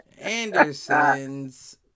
Anderson's